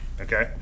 Okay